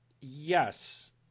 Yes